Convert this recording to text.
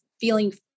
feeling